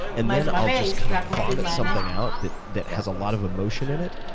and then i'll just kind of vomit something out that that has a lot of emotion in it,